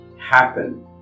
happen